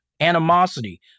animosity